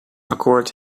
akkoord